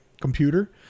computer